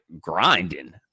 grinding